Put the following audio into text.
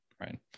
right